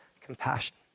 compassion